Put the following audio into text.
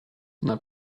not